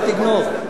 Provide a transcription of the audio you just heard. לא תגנוב.